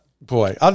Boy